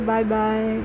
Bye-bye